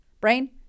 Brain